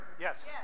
Yes